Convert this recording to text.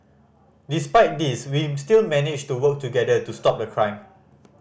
despite these we still managed to work together to stop the crime